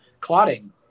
clotting